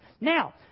Now